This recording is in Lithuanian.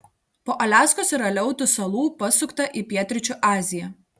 po aliaskos ir aleutų salų pasukta į pietryčių aziją